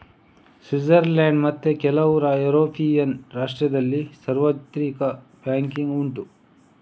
Switzerland ಮತ್ತೆ ಕೆಲವು European ರಾಷ್ಟ್ರದಲ್ಲಿ ಸಾರ್ವತ್ರಿಕ ಬ್ಯಾಂಕಿಂಗ್ ಉಂಟು